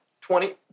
Twenty